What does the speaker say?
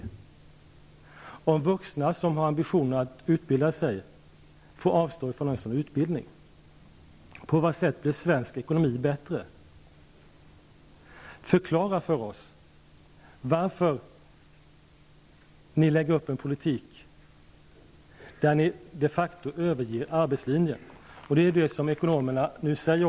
På vilket sätt blir den bättre om vuxna, som har ambitionen att utbilda sig, får avstå från det? På vilket sätt blir svensk ekonomi bättre? Förklara för oss varför ni lägger upp en politik där ni de facto överger arbetslinjen. Det är också vad ekonomerna säger.